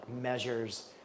measures